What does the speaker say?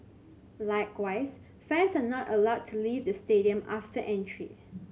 likewise fans are not allowed to leave the stadium after entry